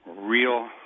real